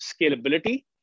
scalability